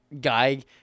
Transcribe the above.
Guy